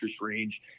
range